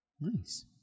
Nice